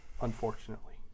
unfortunately